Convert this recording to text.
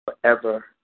forever